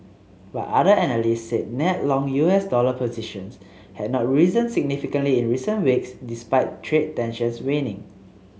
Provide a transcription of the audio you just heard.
but other analysts said net long U S dollar positions had not risen significantly in recent weeks despite trade tensions waning